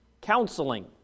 Counseling